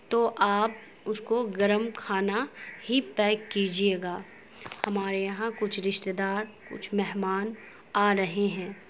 تو آپ اس کو گرم کھانا ہی پیک کیجیے گا ہمارے یہاں کچھ رشتےدار کچھ مہمان آ رہے ہیں